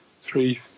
Three